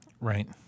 Right